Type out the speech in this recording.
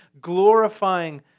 glorifying